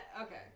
Okay